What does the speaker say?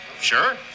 sure